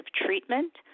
treatment